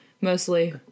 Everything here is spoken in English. mostly